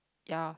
ya